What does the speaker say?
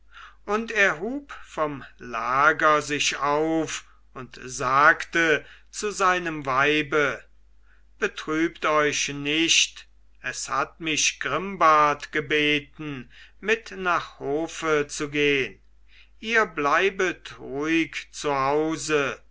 und er hub vom lager sich auf und sagte zu seinem weibe betrübt euch nicht es hat mich grimbart gebeten mit nach hofe zu gehn ihr bleibet ruhig